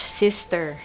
sister